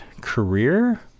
career